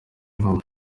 impamo